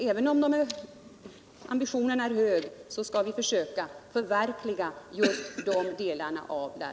Även om de delarna av läroplanen är uttryck för höga ambitioner, skall vi försöka förverkliga dem.